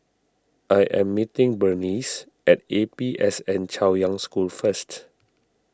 I am meeting Berneice at A P S N Chaoyang School first